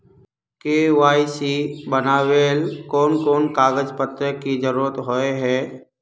KYC बनावेल कोन कोन कागज पत्र की जरूरत होय है?